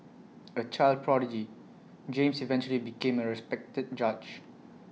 A child prodigy James eventually became A respected judge